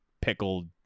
pickled